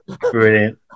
Brilliant